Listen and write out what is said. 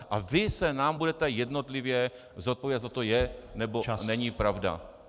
A vy se nám budete jednotlivě zodpovídat, zda to je, nebo není pravda.